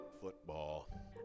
Football